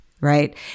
Right